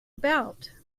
about